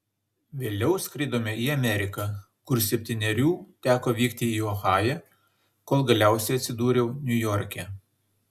vėliau skridome į ameriką kur septynerių teko vykti į ohają kol galiausiai atsidūriau niujorke